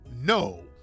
no